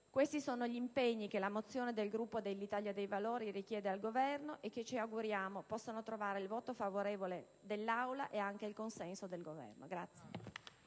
Questi sono gli impegni che la mozione del Gruppo dell'Italia dei Valori richiede al Governo e che ci auguriamo possano trovare il voto favorevole dell'Aula e il consenso del Governo.